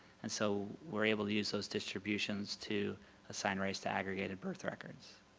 and so we're able to use those distribution to assign race to aggregated birth record.